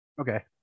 Okay